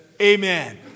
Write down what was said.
Amen